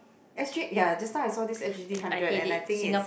s_g ya just now I saw this s_g hundred and I think it's